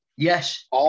Yes